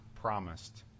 promised